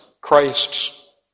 Christ's